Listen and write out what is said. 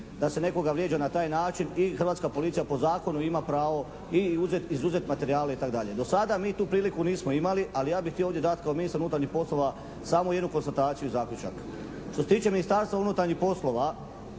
da se nekoga vrijeđa na taj način i hrvatska policija po zakonu ima pravo izuzet materijale itd. Do sada mi tu priliku nismo imali ali ja bih htio ovdje dati kao ministar unutarnjih poslova samo jednu konstataciju, zaključak. Što se tiče Ministarstva unutarnjih poslova